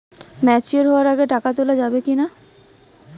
Mature হওয়ার আগে টাকা তোলা যাবে কিনা?